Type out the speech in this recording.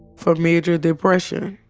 for major depression.